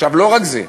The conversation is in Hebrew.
עכשיו, לא רק זה.